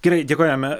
gerai dėkojame